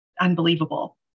unbelievable